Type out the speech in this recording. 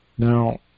Now